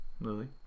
Lily